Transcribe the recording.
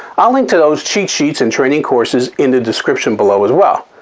i'll link to those cheat sheets and training courses in the description below as well.